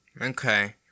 Okay